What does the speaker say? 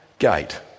gate